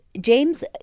James